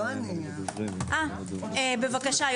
בבקשה,